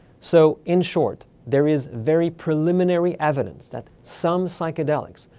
so, in short, there is very preliminary evidence that some psychedelics,